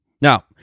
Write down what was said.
Now